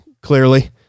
clearly